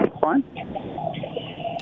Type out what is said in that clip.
Fine